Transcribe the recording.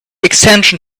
extension